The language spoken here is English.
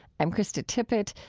i'm krista tippett.